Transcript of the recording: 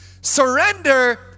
surrender